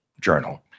journal